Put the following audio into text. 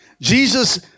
Jesus